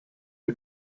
the